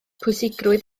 pwysigrwydd